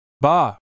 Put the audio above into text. bah